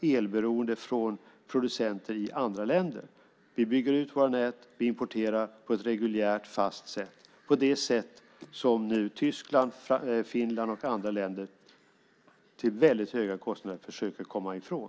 elberoende från producenter i andra länder. Vi bygger ut våra nät. Vi importerar på ett reguljärt fast sätt, på det sätt som nu Tyskland, Finland och andra länder till väldigt höga kostnader försöker komma ifrån.